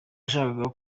yashakaga